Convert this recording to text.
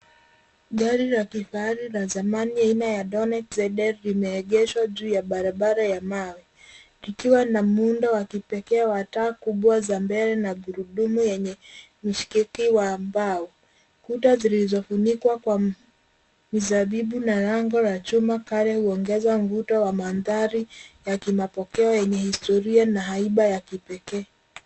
Gari la kifahari la zamani aina ya Donnet Zedel limeegeshwa juu ya barabara ya mawe. Likiwa na muundo wa kipekee wa taa kubwa za mbele na gurudumu yenye mshikiki wa mbao. Kuta zilizofunikwa kwa mizabibu na lango la chuma kale huongeza mvuto wa mandhari ya kimapokeo yenye historia na haiba ya kipekee.